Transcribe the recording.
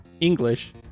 English